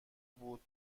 بود